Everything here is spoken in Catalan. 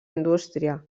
indústria